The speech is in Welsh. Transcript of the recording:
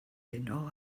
heno